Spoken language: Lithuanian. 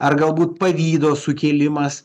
ar galbūt pavydo sukėlimas